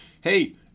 hey